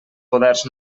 poders